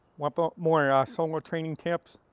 want but more ah solo training tips?